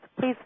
please